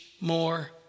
more